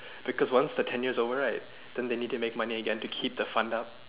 because once the tenure is over right then they need to make money again to keep the fund up